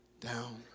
down